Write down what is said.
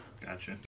Gotcha